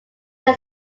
are